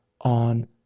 on